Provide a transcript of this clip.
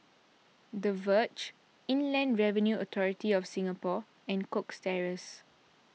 the Verge Inland Revenue Authority of Singapore and Cox Terrace